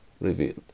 revealed